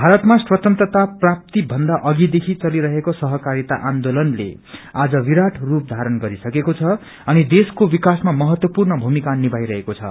भारतमा स्वंतत्रता प्राप्ति भन्दा अघिदेखि चलिरहेको सहकारिता आन्दोलनले आज विराट स्रम धारण गरिसकेको छ अनि देशको विकासमा महत्त्वपूर्ण भूमिका निभाइरहेको छ